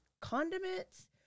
condiments